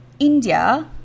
India